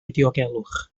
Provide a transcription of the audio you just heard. diogelwch